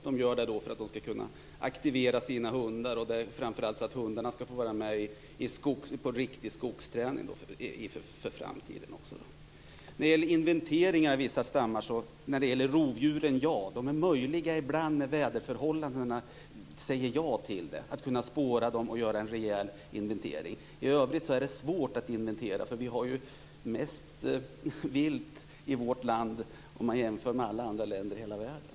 Det gör de för att kunna aktivera sina hundar. Det handlar framför allt om att hundarna skall få riktig skogsträning för framtiden. Sedan gällde det inventering av vissa stammar. Det är möjligt att göra inventering av rovdjuren ibland när väderförhållandena medger det. Då kan man spåra dem och göra en rejäl inventering. I övrigt är det svårt att inventera. Vi har ju mest vilt i vårt land jämfört med alla andra länder i hela världen.